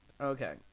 Okay